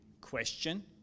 question